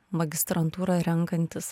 magistrantūrą renkantis